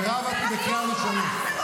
מירב, את בקריאה ראשונה.